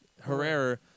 Herrera